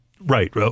Right